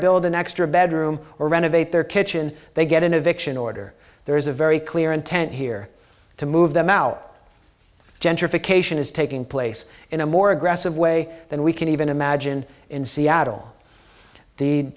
build an extra bedroom or renovate their kitchen they get an eviction order there is a very clear intent here to move them out gentrification is taking place in a more aggressive way than we can even imagine in seattle the